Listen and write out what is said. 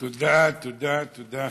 תודה, תודה, תודה.